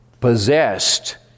Possessed